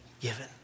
given